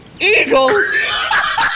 Eagles